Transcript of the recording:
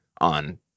on